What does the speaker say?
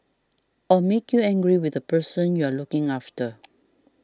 or make you angry with the person you're looking after